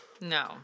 No